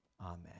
Amen